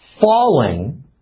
falling